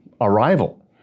arrival